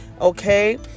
Okay